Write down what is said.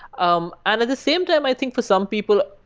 um and the same time, i think for some people,